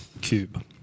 cube